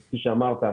כפי שאמרת,